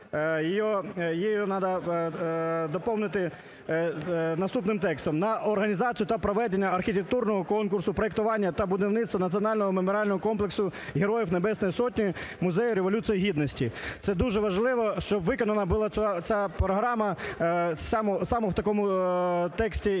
її надо доповнити наступним текстом: "На організацію та проведення архітектурного конкурсу, проектування та будівництво Національного меморіального комплексу Героїв Небесної Сотні, Музею Революції Гідності". Це дуже важливо, щоб виконана була ця програма, саме в такому тексті